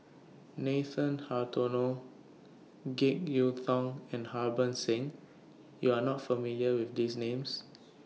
Nathan Hartono Jek Yeun Thong and Harbans Singh YOU Are not familiar with These Names